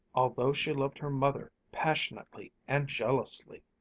although she loved her mother passionately and jealously,